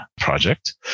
project